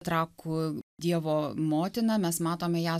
trakų dievo motina mes matome ją